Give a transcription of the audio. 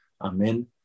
Amen